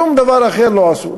שום דבר אחר הם לא עשו.